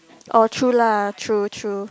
oh true lah true true